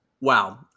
Wow